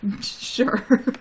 Sure